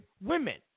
women